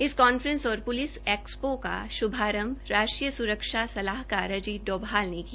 इस कांफ्रेंस और police expo का शुभारंभ राष्ट्रीय सुरक्षा सलाहकार अजीत डोभाल ने किया